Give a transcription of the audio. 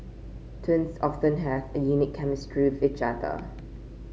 twins often have a unique chemistry with each other